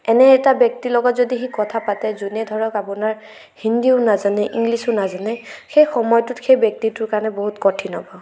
এনে এটা ব্যক্তিৰ লগত যদি সি কথা পাতে যোনে ধৰক আপোনাৰ হিন্দীও নাজানে ইংলিছো নাজানে সেই সময়টোত সেই ব্যক্তিটোৰ কাৰণে বহুত কঠিন হ'ব